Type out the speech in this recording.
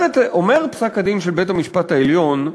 אומר פסק-הדין של בית-המשפט העליון,